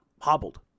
hobbled